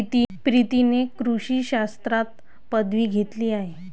प्रीतीने कृषी शास्त्रात पदवी घेतली आहे